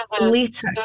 later